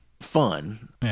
fun